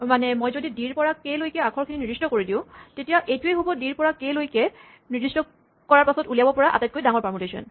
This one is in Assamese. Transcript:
মানে মই যদি ডি ৰ পৰা কে লৈ আখৰখিনি নিৰ্দিষ্ট কৰি দিওঁ তেতিয়া এইটোৱেই হ'ব ডি ৰ পৰা কে লৈ নিৰ্দিষ্ট কৰি উলিয়াব পৰা আটাইতকৈ ডাঙৰ পাৰমুটেচন